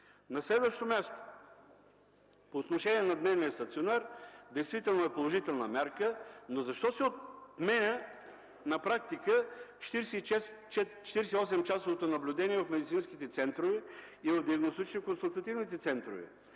На следващо място, по отношение на дневния стационар – действително е положителна мярка, но защо се отменя на практика 48-часовото наблюдение от медицинските центрове и от диагностично-консултативните центрове?